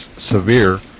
severe